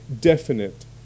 definite